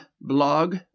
Blog